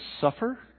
suffer